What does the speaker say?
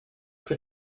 però